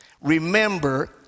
remember